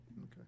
Okay